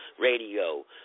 Radio